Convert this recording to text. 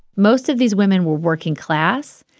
most of these women were working class.